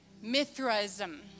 Mithraism